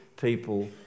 people